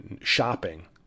shopping